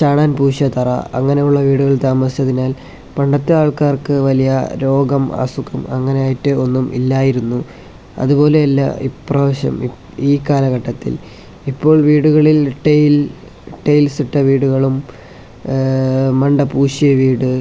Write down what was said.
ചാണോൻ പൂശിയ തറ അങ്ങനെ ഉള്ള വീടുകളിൽ താമസിച്ചതിനാൽ പണ്ടത്തെ ആൾക്കാർക്ക് വലിയ രോഗം അസുഖം അങ്ങനെയായിട്ട് ഒന്നും ഇല്ലായിരുന്നു അതുപോലെയല്ല ഇപ്രാവശ്യം ഈ കാലഘട്ടത്തിൽ ഇപ്പോൾ വീടുകളിൽ ടൈൽ ടൈൽസ് ഇട്ട വീടുകളും മണ്ട പൂശിയ വീട്